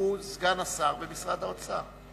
שהוא סגן השר במשרד האוצר.